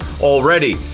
already